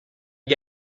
you